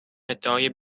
ادعای